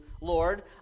Lord